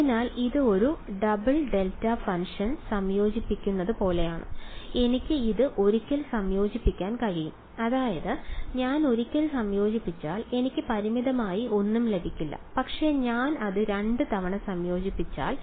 അതിനാൽ ഇത് ഒരു ഡബിൾ ഡെൽറ്റ ഫംഗ്ഷൻ സംയോജിപ്പിക്കുന്നത് പോലെയാണ് എനിക്ക് ഇത് ഒരിക്കൽ സംയോജിപ്പിക്കാൻ കഴിയും അതായത് ഞാൻ ഒരിക്കൽ സംയോജിപ്പിച്ചാൽ എനിക്ക് പരിമിതമായ ഒന്നും ലഭിക്കില്ല പക്ഷേ ഞാൻ അത് രണ്ട് തവണ സംയോജിപ്പിച്ചാൽ